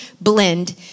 blend